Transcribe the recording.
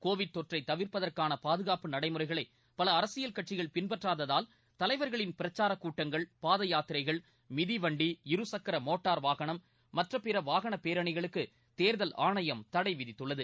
Covid தொற்றை தவிர்ப்பதற்கான பாதுகாப்பு நடைமுறைகளை பல அரசியல் கட்சிகள் பின்பற்றாததால் தலைவா்களின் பிரச்சார கூட்டங்கள் பாத யாத்திரைகள் மிதிவண்டி இருசக்கர மோட்டார் வாகனம் மற்ற பிற வாகன பேரணிகளுக்கு தேர்தல் ஆணையம் தடை விதித்துள்ளது